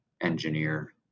engineer